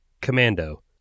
commando